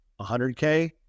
100K